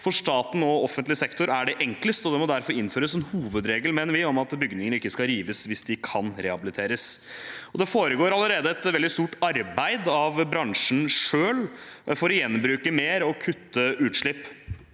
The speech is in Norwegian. For staten og offentlig sektor er det enklest, og vi mener det derfor må innføres en hovedregel om at bygninger ikke skal rives hvis de kan rehabiliteres. Det gjøres allerede et veldig stort arbeid av bransjen selv for å gjenbruke mer og kutte utslipp.